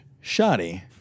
shoddy